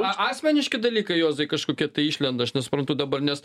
asmeniški dalykai juozai kažkokie tai išlenda aš nesuprantu dabar nes